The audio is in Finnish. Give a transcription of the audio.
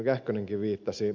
kähkönenkin viittasi